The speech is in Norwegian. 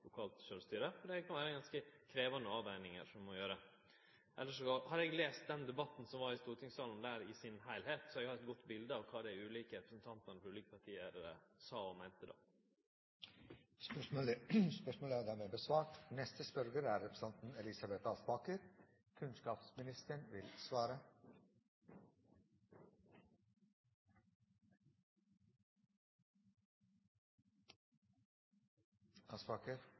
lokalt sjølvstyre. Det kan vere ganske krevjande avvegingar som ein må gjere. Elles har eg lese den debatten som var i stortingssalen i sin heilskap, så eg har eit godt bilete av kva dei ulike representantane frå dei ulike partiar sa og meinte då. Dette spørsmålet bortfaller, da spørreren ikke er til stede. Jeg tillater meg å stille følgende spørsmål til kunnskapsministeren: